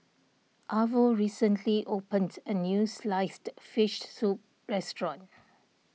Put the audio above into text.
Arvo recently opened a new Sliced Fish Soup restaurant